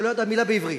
שלא ידעה מלה בעברית,